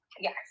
Yes